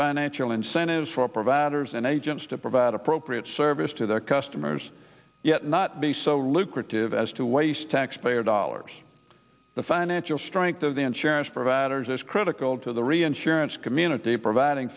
financial incentives for providers and agents to provide appropriate service to their customers yet not be so lucrative as to waste taxpayer dollars the financial strength of the insurance providers is critical to the reinsurance community providing